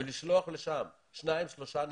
ולשלוח לשם שניים-שלושה נציגים,